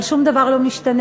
אבל שום דבר לא משתנה.